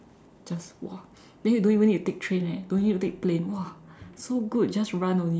just !wah! then you don't even need to take train eh don't even need to take plane !wah! so good just run only